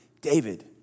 David